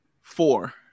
four